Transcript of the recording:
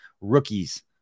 rookies